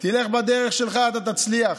תלך בדרך שלך, אתה תצליח.